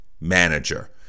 manager